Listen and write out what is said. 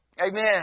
Amen